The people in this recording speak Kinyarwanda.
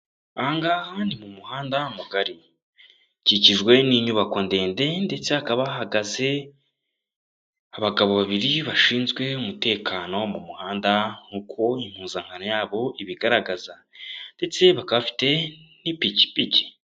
Aha ngaha ni mu muhanda mugari kikijwe n'inyubako ndende ndetse hakaba hahagaze abagabo babiri bashinzwe umutekano wo mu muhanda nk'uko impuzankano yabo ibigaragaza ndetse bakaba bafite n'ipikipiki.